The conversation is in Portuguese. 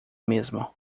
mesmo